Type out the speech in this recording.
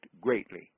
greatly